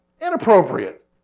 Inappropriate